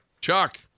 Chuck